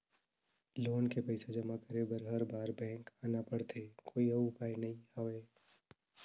Loan के पईसा जमा करे बर हर बार बैंक आना पड़थे कोई अउ उपाय नइ हवय?